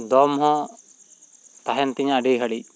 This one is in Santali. ᱫᱚᱢ ᱦᱚᱸ ᱛᱟᱦᱮᱱ ᱛᱤᱧᱟᱹ ᱟᱹᱰᱤ ᱜᱷᱟᱹᱲᱤᱡ